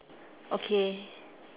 okay